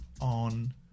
on